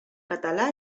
català